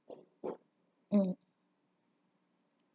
um